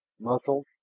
muscles